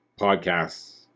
podcasts